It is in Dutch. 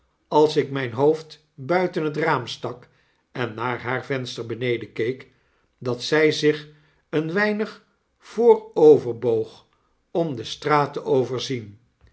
als ik mijn hoofd buiten het raam stak en naar haar venster beneden keek dat zy zich een weinig vooroverboog om de straat te overzien